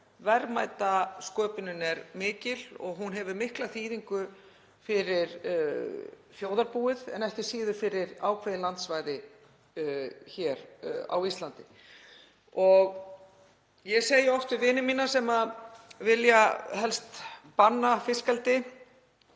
Verðmætasköpunin er mikil og hún hefur mikla þýðingu fyrir þjóðarbúið en ekki síður fyrir ákveðin landsvæði hér á Íslandi. Ég segi oft við vini mína sem vilja helst banna fiskeldi